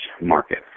market